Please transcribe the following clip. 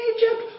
Egypt